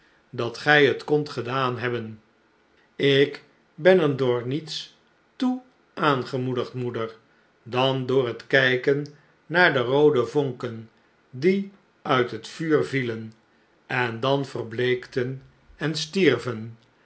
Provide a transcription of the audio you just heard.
dat gij het kondt gedaan hebben ik ben er door niets toe aangemoedigd moeder dan door het kijken naar de roode vonken die uit het vuur vielen en dan verbleekten en stierven